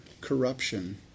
corruption